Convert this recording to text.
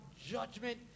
judgment